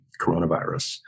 coronavirus